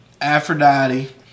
Aphrodite